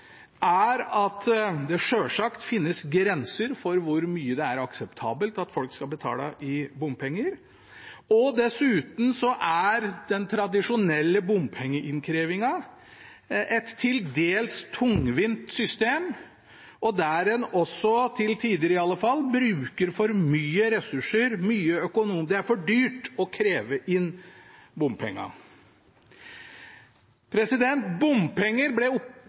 er at det sjølsagt finnes grenser for hvor mye det er akseptabelt at folk skal betale i bompenger. Dessuten er den tradisjonelle bompengeinnkrevingen et til dels tungvint system, der en også – til tider i alle fall – bruker for mye ressurser. Det er for dyrt å kreve inn bompengene. Bompenger ble